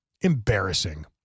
Embarrassing